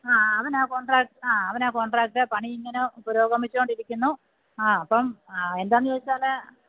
ആ അവനാണ് കോൺട്രാക്ട് ആ അവനാണ് കോൺട്രാക്ട് പണി ഇങ്ങനെ പുരോഗമിച്ചുകൊണ്ടിരിക്കുന്നു ആ അപ്പം എന്താന്ന് ചോദിച്ചാല്